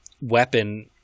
weapon